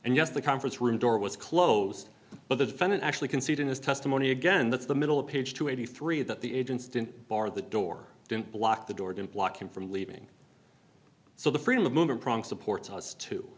and yes the conference room door was closed but the defendant actually can see it in his testimony again that's the middle of page two hundred and eighty three that the agents didn't bar the door didn't block the door didn't block him from leaving so the freedom of movement prong supports us to